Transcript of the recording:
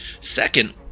Second